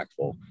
impactful